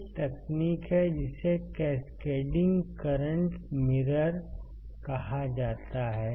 एक तकनीक है जिसे कैस्केडिंग करंट मिरर कहा जाता है